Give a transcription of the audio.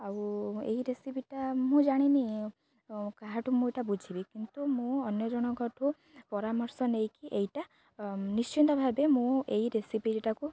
ଆଉ ଏହି ରେସିପିଟା ମୁଁ ଜାଣିନି କାହାଠୁ ମୁଁ ଏଇଟା ବୁଝିବି କିନ୍ତୁ ମୁଁ ଅନ୍ୟ ଜଣଙ୍କଠୁ ପରାମର୍ଶ ନେଇକି ଏଇଟା ନିଶ୍ଚିନ୍ତ ଭାବେ ମୁଁ ଏହି ରେସିପିଟାକୁ